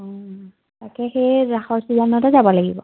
অ তাকে সেই ৰাসৰ চিজনতে যাব লাগিব